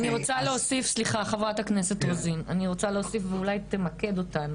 אני רוצה להוסיף, ואולי תמקד אותנו.